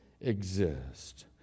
exist